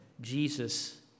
Jesus